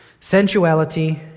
sensuality